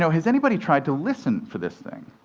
so has anybody tried to listen for this thing?